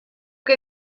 que